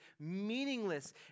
meaningless